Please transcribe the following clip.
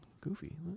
goofy